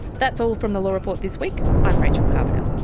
that's all from the law report this week. i'm rachel carbonell